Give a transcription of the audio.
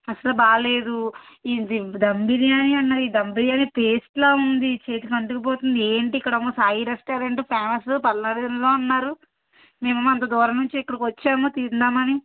అసలు బాలేదు ఇది ధమ్ బిర్యానీ అన్నారు ఈ ధమ్ బిర్యానీ పేస్ట్లా ఉంది చేతికి అంటుకుపోతుంది ఏంటి ఇక్కడ ఏమో సాయి రెస్టారెంటు ఫేమసు పల్లారేలో అన్నారు మేము ఏమో అంత దూరం నుంచి ఇక్కడికి వచ్చాము తిందామని